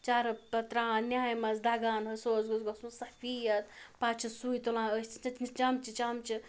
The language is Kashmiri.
چَرٕپ پَتہٕ تراوان نیٛامہِ منٛز دَگان حظ سُہ حظ گوٚژھ گوژھ مُت سفید پَتہٕ چھِ سُے تُلان أسۍ تٔتمِس چَمچہٕ چَمچہٕ